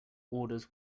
orders